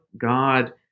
God